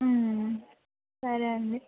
సరే అండి